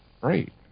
Great